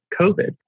COVID